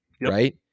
Right